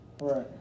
Right